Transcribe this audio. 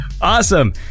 Awesome